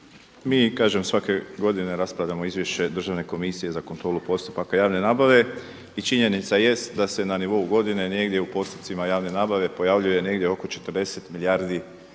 mi kažem svake godine raspravljamo izvješće Državnu komisiju za kontrolu postupaka javne nabave i činjenica jest da se na nivou godine negdje u postupcima javne nabave pojavljuje negdje oko 40 milijardi